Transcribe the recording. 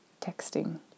texting